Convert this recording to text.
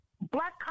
black